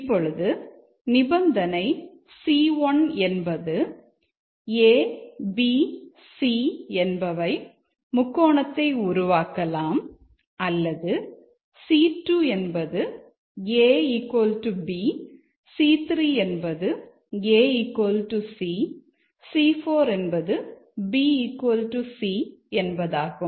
இப்பொழுது நிபந்தனை C1 என்பது a b c என்பவை முக்கோணத்தை உருவாக்கலாம் அல்லது C2 என்பது ab C3 என்பது ac C4 என்பது bc என்பதாகும்